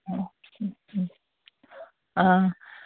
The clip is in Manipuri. ꯑ ꯎꯝꯎꯝ ꯑꯥ